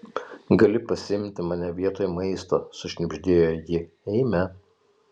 gali pasiimti mane vietoj maisto sušnibždėjo ji eime